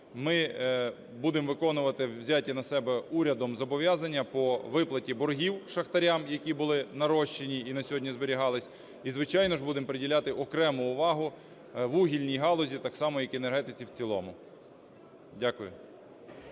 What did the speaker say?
ми будемо виконувати взяті на себе урядом зобов'язання по виплаті боргів шахтарям, які були нарощені і на сьогодні зберігалися. І, звичайно ж, будемо приділяти окрему увагу вугільній галузі так само як енергетиці в цілому. Дякую.